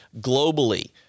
globally